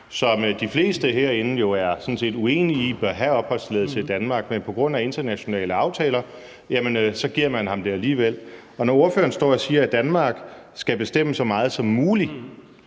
som de fleste herinde jo sådan set er uenige i bør have opholdstilladelse i Danmark, men på grund af internationale aftaler giver man ham det alligevel. Og når ordføreren står og siger, at Danmark skal bestemme så meget som muligt,